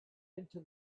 into